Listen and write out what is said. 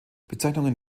bezeichnungen